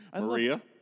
Maria